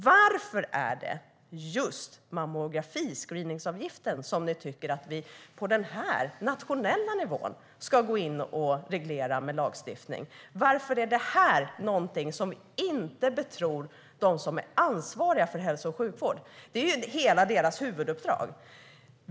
Varför är det just mammografiscreeningsavgiften som ni tycker att vi ska gå in och reglera med lagstiftning på den nationella nivån? Varför är just detta någonting som ni inte betror dem som är ansvariga för hälso och sjukvård med? Det är ju hela deras huvuduppdrag.